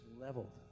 leveled